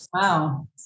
Wow